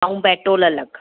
ऐं पेट्रोल अलॻि